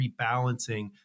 rebalancing